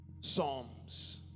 psalms